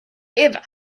ever